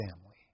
family